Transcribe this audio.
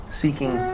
seeking